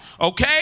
okay